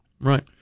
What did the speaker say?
Right